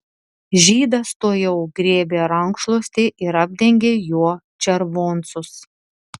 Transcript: žydas tuojau griebė rankšluostį ir apdengė juo červoncus